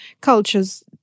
cultures